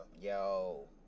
Yo